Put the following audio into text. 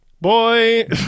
Boy